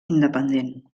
independent